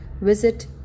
Visit